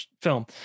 film